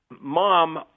mom